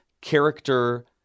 character